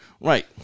Right